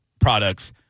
products